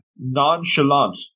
Nonchalant